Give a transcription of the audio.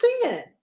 sin